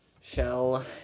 Shell